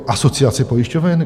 Asociace pojišťoven?